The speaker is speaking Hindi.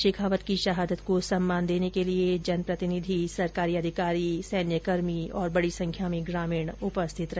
शेखावत की शहादत को सम्मान देने के लिए जनप्रतिनिधि सरकारी अधिकारी और सैन्यकर्मी और बड़ी संख्या में ग्रामीण उपस्थित रहे